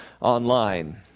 online